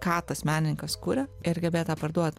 ką tas menininkas kuria ir gebėt tą parduot